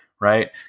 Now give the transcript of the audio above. right